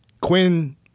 Quinn